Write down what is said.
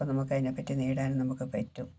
അപ്പോൾ നമുക്കതിനെ പറ്റി നേടാനും നമുക്ക് പറ്റും